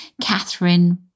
Catherine